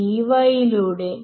n1 ശരിയാണ്